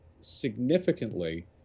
significantly